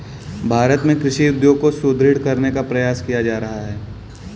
भारत में कृषि उद्योग को सुदृढ़ करने का प्रयास किया जा रहा है